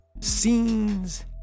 scenes